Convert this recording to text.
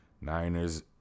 Niners